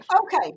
Okay